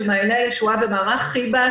של מעייני הישועה ומערך חיב"ה,